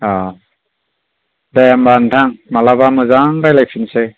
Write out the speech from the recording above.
दे होनबा नोंथां मालाबा मोजां रायलाय फिनसै